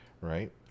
right